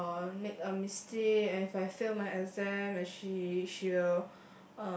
uh make a mistake and I fail my exam and she she will